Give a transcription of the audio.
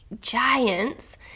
giants